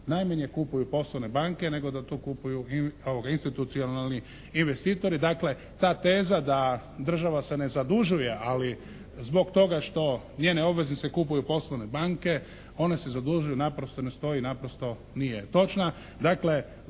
najmanje kupuju poslovne banke, nego da to kupuju institucionalni investitori. Dakle, ta teza da država se ne zadužuje, ali zbog toga što njene obveznice kupuju poslovne banke one se zadužuju naprosto, ne stoji naprosto, nije točna.